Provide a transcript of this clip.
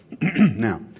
Now